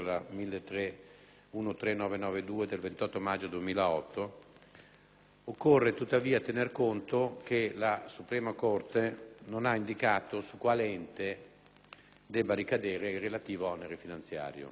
13992 del 28 maggio 2008), occorre tuttavia tener conto che la Suprema corte non ha indicato su quale ente debba ricadere il relativo onere finanziario.